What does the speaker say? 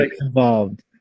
involved